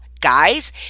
Guys